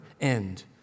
end